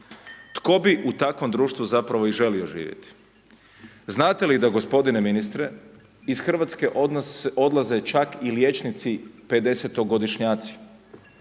Tko bi u takvom društvu zapravo i želio živjeti? Znate da gospodine ministre, iz Hrvatske odlaze čak i liječnici 50-godišnjaci?upravo